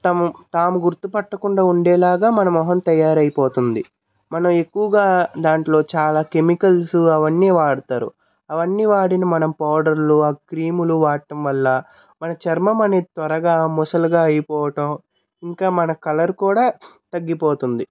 తము తాము గుర్తుపట్టకుండా ఉండేలాగా మన మొహం తయారైపోతుంది మనం ఎక్కువగా దాంట్లో చాలా కెమికల్స్ అవన్నీ వాడుతారు అవన్నీ వాడిన మనం పౌడర్లు ఆ క్రీములు వాడటం వల్ల మన చర్మం అనేది త్వరగా ముసలిగా అయిపోవటం ఇంకా మన కలర్ కూడా తగ్గిపోతుంది